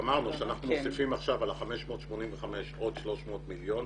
אמרנו שאנחנו צריכים עכשיו על ה-585 עוד 300 מיליון,